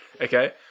okay